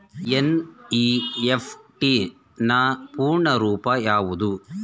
NEFT ನ ಪೂರ್ಣ ರೂಪ ಯಾವುದು?